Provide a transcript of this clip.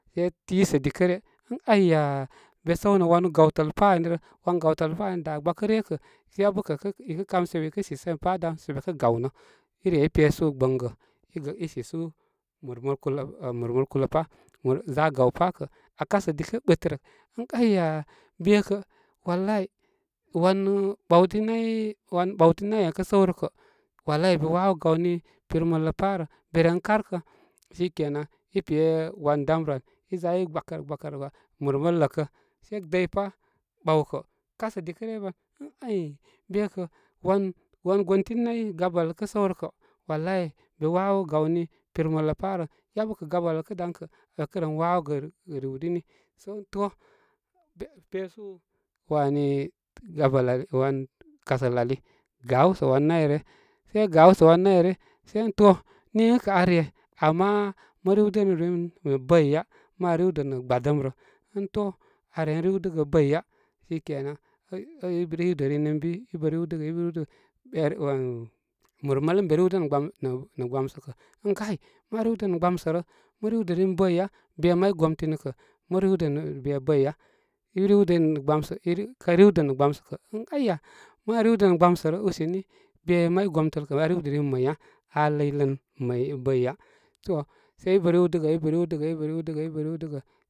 Sə ti sə kə ryə ə aya be səw nə wan gawtəl lə pa an rə wan gawtəl pā ani da gbakəryə kə yabə kə i kə kasebe kan be kə' si səm pa dan sə be kə gawnə i re i pe su gbəŋgə i sisu murməl kul ə murməl kulə pa za gaw pa kə a kasə dikə ɓitəraturunk ən anya bekə walai wan ɓawdini nay-wan ɓawdini nay ani kə səw rə kə' wallahi be wawo gawni pirməl lə parə be ren kar kə shi kenai pewan damrə an i za i gbakərək, gbakərək gba murməl ləkə sei dəy pā ɓaw kə kasə dikə ryə ban ən ay be kə wan gontini nay gabal lkə səw rə kə wallahi be wawo gawni pirmal kə parə yabə kə gabal kə daŋ kə be kə ren wawo gə riwdini sə ən to be subar wani gabal ali wan kasaturunl ali gawsə wan nayrgə sei gaw sə wan nayryə ən to niŋkə kə a re ama mə riwdini be rin nə' baya ma riwdə nə' gbadəm rə ə to an riwdogə nə bəya. Shikena i riwdərin ən bi i bə riwdəgə, i bā riwdəgə ber wan inni murməl ən beriwdə nə gbasə kə ən kay ma riwdə nə gbasə rə, mə riwdə rin bəya be may gomtə nikə' mə riwdənə be bəya i riwdə nə gbamsə kə riwdə nə gbamsə kə ən aya ma riwdə nə' gbamsə rə useni be may gomtəl kə' a riwdərin maya a ləylən may bəya to sə i bə riwdəg i bə' riwdəgə berwan mini murməl ən be riwdə nə gbasə kə aturunn kay ma riwdə nə' gbasə rə, mə riwdə rin bəya be may gomtinikə' mə riwdənə be bəya i riwdə nə gbamsə kə riwdə nə gbamsə kə ən aya ma riwdə nə' gbamsə rə useni be may gomtəl kə' a nivdə rin maya a lay laylən may bəya tosə i bə riwdaturg i bə riwdəgə, i bə riwdəgə.